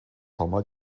komma